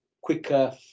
quicker